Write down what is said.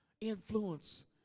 influence